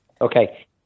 Okay